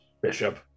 Bishop